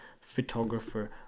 photographer